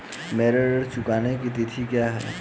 मेरे ऋण चुकाने की तिथि क्या है?